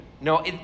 No